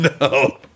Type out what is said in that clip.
no